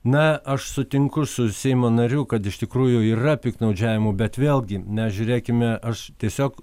na aš sutinku su seimo nariu kad iš tikrųjų yra piktnaudžiavimų bet vėlgi mes žiūrėkime aš tiesiog